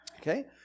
Okay